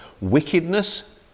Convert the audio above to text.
wickedness